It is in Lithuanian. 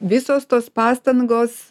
visos tos pastangos